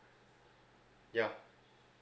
ya